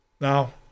Now